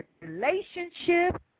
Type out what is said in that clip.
relationship